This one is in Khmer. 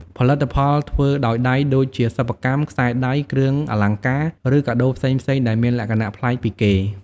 ផលិតផលធ្វើដោយដៃដូចជាសិប្បកម្ម ខ្សែដៃ គ្រឿងអលង្ការ ឬកាដូផ្សេងៗដែលមានលក្ខណៈប្លែកពីគេ។